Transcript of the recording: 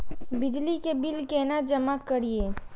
बिजली के बिल केना जमा करिए?